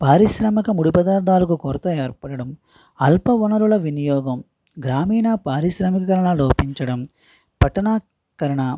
పారిశ్రామిక ముడి పదార్థాలకు కొరత ఏర్పడడం అల్ప వనరుల వినియోగం గ్రామీణ పారిశ్రామికీకరణ లోపించడం పట్టణా కరణ